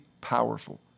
powerful